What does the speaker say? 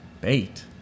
Bait